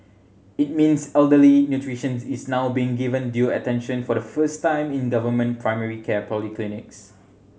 it means elderly nutrition is now being given due attention for the first time in government primary care polyclinics